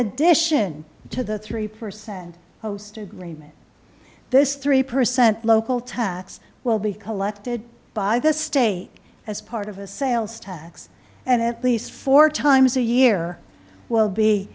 addition to the three percent posted agreement this three percent local tax will be collected by the state as part of a sales tax and at least four times a year will be